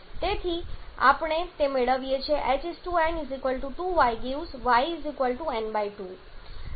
તેથી ત્યાંથી આપણે તે મેળવીએ છીએ H n 2y 🡺 y n2 જ્યારે અહીં આપણને તે x m મળ્યું છે